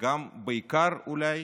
וגם בעיקר אולי